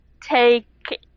take